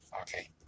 Okay